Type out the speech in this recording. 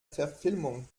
verfilmung